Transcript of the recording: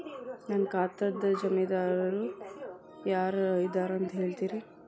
ನನ್ನ ಖಾತಾದ್ದ ಜಾಮೇನದಾರು ಯಾರ ಇದಾರಂತ್ ಹೇಳ್ತೇರಿ?